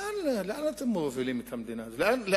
לאן אתם מובילים את המדינה הזאת?